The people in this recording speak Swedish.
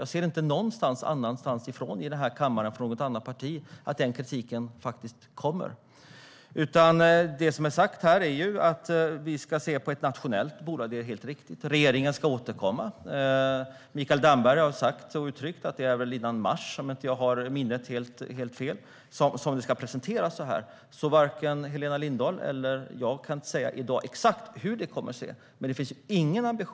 Jag hör inte sådan kritik från något annat parti här i kammaren. Man har sagt att vi ska se på ett nationellt bolag. Det är helt riktigt. Regeringen ska återkomma. Mikael Damberg har uttryckt att det ska presenteras före mars, om jag inte minns helt fel. Varken Helena Lindahl eller jag kan i dag säga exakt hur det kommer att se ut.